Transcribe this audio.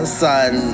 sun